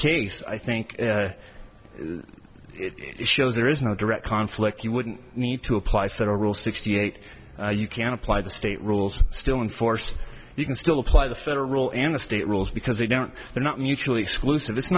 case i think it shows there is no direct conflict you wouldn't need to apply for all sixty eight you can apply the state rules still in force you can still apply the federal rule in the state rules because they don't they're not mutually exclusive it's